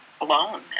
alone